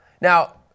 Now